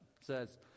says